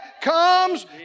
comes